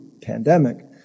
pandemic